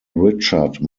richard